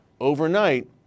Overnight